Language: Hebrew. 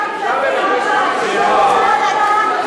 אני רוצה לדעת מי אלה הכלבים.